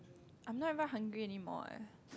I'm not even hungry anymore eh